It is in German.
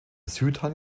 südhang